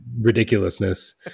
ridiculousness